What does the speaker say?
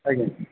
ଆଜ୍ଞା